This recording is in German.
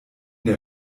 der